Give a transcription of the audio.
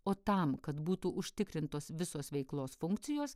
o tam kad būtų užtikrintos visos veiklos funkcijos